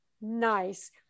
nice